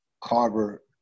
Carver